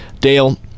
Dale